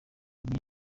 ibi